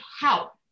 help